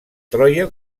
troia